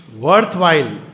Worthwhile